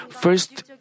first